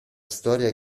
storia